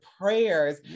prayers